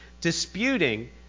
Disputing